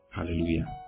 Hallelujah